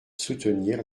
soutenir